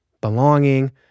belonging